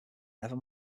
never